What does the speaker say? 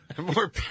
More